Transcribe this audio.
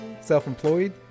self-employed